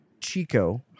Chico